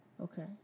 Okay